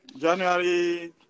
January